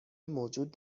موجود